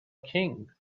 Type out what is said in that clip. king